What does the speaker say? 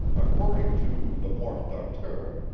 according to le morte d'arthur,